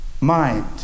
mind